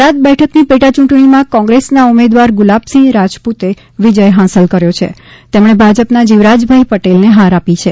થરાદ બેઠકની પેટા યૂંટણીમાં કોગ્રેસના ઊમેદવાર ગુલાબસિંહ રાજપુતે વિજય હાંસલ કર્યો છેતેમણે ભાજપના જીવરાજભાઇ પટેલને હાર આપી છે